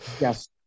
Yes